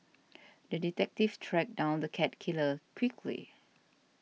the detective tracked down the cat killer quickly